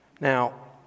Now